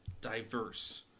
diverse